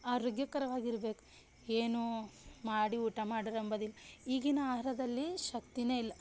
ಆರೋಗ್ಯಕರವಾಗಿರ್ಬೇಕು ಏನೋ ಮಾಡಿ ಊಟ ಮಾಡರಂಬದಿಲ್ಲ ಈಗಿನ ಆಹಾರದಲ್ಲಿ ಶಕ್ತಿನೇ ಇಲ್ಲ